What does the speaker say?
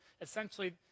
essentially